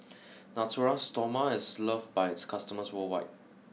Natura Stoma is loved by its customers worldwide